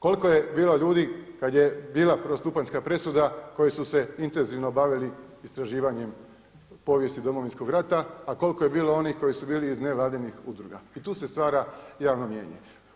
Koliko je bilo ljudi kad je bila prvostupanjska presuda koji su se intenzivno bavili istraživanjem povijesti Domovinskog rata, a koliko je bilo onih koji su bili iz nevladinih udruga i tu se stvara javno mijenje.